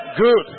Good